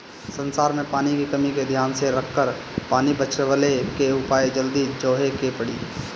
संसार में पानी के कमी के ध्यान में रखकर पानी बचवले के उपाय जल्दी जोहे के पड़ी